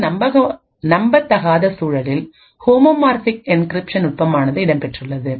இந்த நம்பத்தகாத சூழலில்ஹோமோமார்பிக் என்கிரிப்ஷன் நுட்பமானது இடம்பெற்றுள்ளது